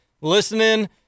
listening